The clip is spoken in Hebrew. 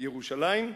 ירושלים,